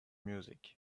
music